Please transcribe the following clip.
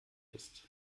ist